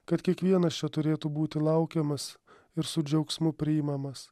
kad kiekvienas čia turėtų būti laukiamas ir su džiaugsmu priimamas